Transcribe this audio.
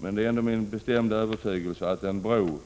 Men det är ändå min bestämda övertygelse att en bro